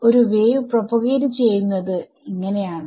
ഒരു wave propagate ചെയ്യുന്നത് ഇങ്ങനെ ആണ്